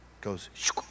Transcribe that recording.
goes